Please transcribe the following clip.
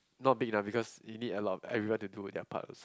not big enough because you need a lot of everyone to do with their part also